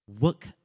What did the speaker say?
Work